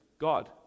God